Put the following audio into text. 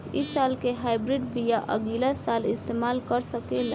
इ साल के हाइब्रिड बीया अगिला साल इस्तेमाल कर सकेला?